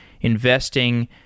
investing